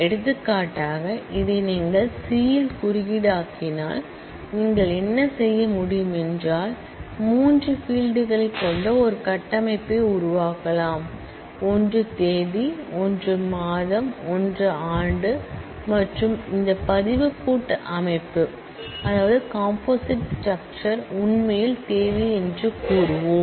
எடுத்துக்காட்டாக இதை நீங்கள் சி யில் குறியீடாக்கினால் நீங்கள் என்ன செய்ய முடியும் என்றால் மூன்று பீல்ட்களைக் கொண்ட ஒரு கட்டமைப்பை உருவாக்கலாம் ஒன்று தேதி ஒன்று மாதம் ஒன்று ஆண்டு மற்றும் இந்த பதிவு கூட்டு அமைப்பு உண்மையில் தேதி என்று கூறுவோம்